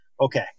Okay